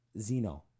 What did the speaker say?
Zeno